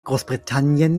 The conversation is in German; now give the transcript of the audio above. großbritannien